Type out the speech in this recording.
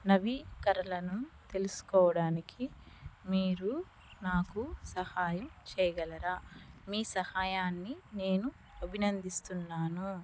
నవీకరణను తెలుసుకోవడానికి మీరు నాకు సహాయం చెయ్యగలరా మీ సహాయాన్ని నేను అభినందిస్తున్నాను